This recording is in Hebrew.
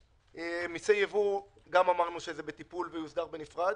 מיסי ייבוא אמרנו שזה בטיפול ויוסדר בנפרד,